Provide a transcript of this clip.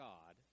God